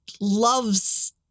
loves